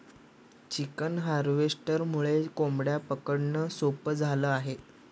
chicken हार्वेस्टरमुळे कोंबड्या पकडणं सोपं झालं आहे